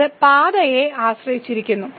അത് പാതയെ ആശ്രയിച്ചിരിക്കുന്നു